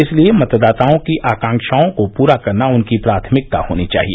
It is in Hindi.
इसलिए मतदाताओं की आकक्षाओं को पूरा करना उनकी प्राथमिकता होनी चाहिए